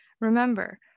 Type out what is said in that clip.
Remember